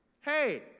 Hey